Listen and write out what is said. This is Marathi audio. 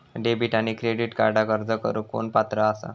डेबिट आणि क्रेडिट कार्डक अर्ज करुक कोण पात्र आसा?